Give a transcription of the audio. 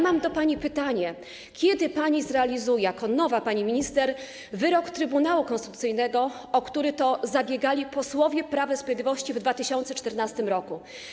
Mam do pani pytanie: Kiedy pani zrealizuje, jako nowa pani minister, wyrok Trybunału Konstytucyjnego, o który to zabiegali posłowie Prawa i Sprawiedliwości w 2014 r.